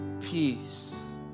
Peace